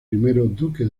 duque